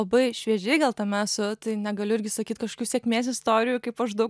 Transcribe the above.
labai šviežiai gal tame esu negaliu irgi sakyt kažkokių sėkmės istorijų kaip aš daug